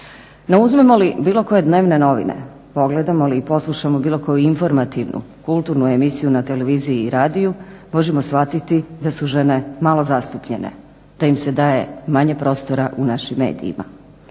No uzmemo li bilo koje dnevne novine, pogledamo li i poslušamo bilo koju informativnu, kulturnu emisiju na televiziji i radiju možemo shvatiti da su žene malo zastupljene te im se daje manje prostora u našim medijima.